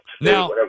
Now